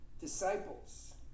disciples